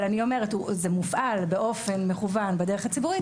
אבל אני אומרת שזה מופעל באופן מכוון בדרך הציבורית